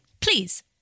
please